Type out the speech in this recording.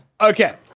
Okay